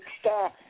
Star